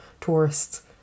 tourists